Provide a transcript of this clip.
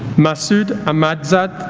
masood ahmadzad